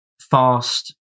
fast